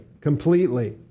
completely